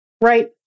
Right